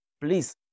please